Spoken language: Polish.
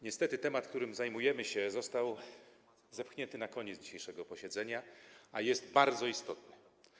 Niestety temat, którym się zajmujemy, został zepchnięty na koniec dzisiejszego posiedzenia, a jest bardzo istotny.